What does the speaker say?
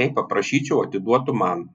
jei paprašyčiau atiduotų man